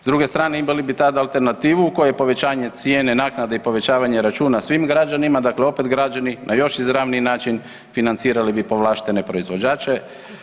S druge strane imali bi tad alternativu u kojoj je povećanje cijene naknade i povećavanje računa svim građanima, dakle opet građani na još izravniji način financirali bi povlaštene proizvođače.